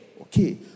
Okay